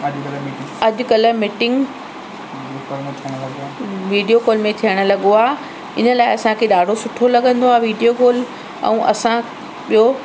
अॼुकल्ह meeting video call में थियणु लॻो आहे इन लाइ असां खे ॾाढो सुठो लॻंदो आहे वीडियो कॉल ऐं असां ॿियो